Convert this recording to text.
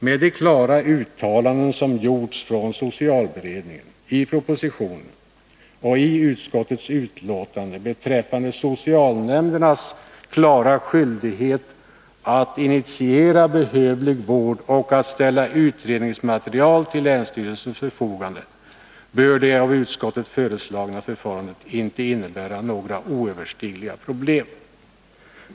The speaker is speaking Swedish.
Med de klara uttalanden som har gjorts från socialberedningen, i propositionen och i utskottets betänkande beträffande socialnämndernas klara skyldighet att initiera behövlig vård och ställa utredningsmaterial till länsstyrelsens förfogande bör det av utskottet föreslagna förfarandet inte innebära några oöverstigliga problem.